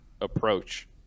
approach